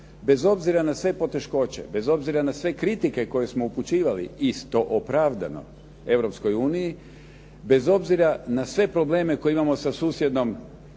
Bez obzira na sve poteškoće, bez obzira na sve kritike koje smo upućivali isto opravdano Europskoj uniji, bez obzira na sve probleme koje imamo sa susjednom